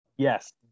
yes